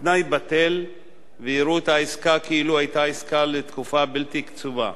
התנאי בטל ויראו את העסקה כאילו היתה עסקה לתקופה בלתי קצובה.